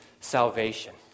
salvation